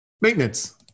Maintenance